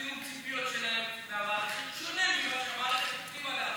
שהציפיות שלהם מהמערכת שונות ממה שהמערכת הציבה לעצמה.